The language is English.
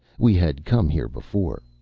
we had come here before.